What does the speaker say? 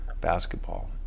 basketball